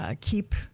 Keep